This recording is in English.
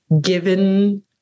given